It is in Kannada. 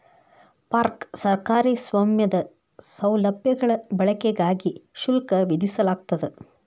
ಪಾರ್ಕ್ ಸರ್ಕಾರಿ ಸ್ವಾಮ್ಯದ ಸೌಲಭ್ಯಗಳ ಬಳಕೆಗಾಗಿ ಶುಲ್ಕ ವಿಧಿಸಲಾಗ್ತದ